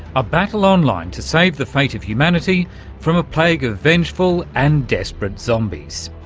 a battle online to save the fate of humanity from a plague of vengeful and desperate zombies.